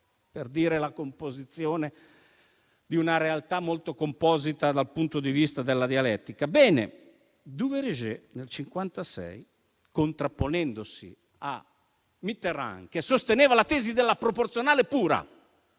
(per dire la composizione di una realtà molto composita dal punto di vista della dialettica). Duverger nel 1956, contrapponendosi a Mitterrand, che supportava la tesi della proporzionale pura